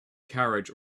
carriage